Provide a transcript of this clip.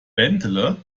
bentele